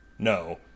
No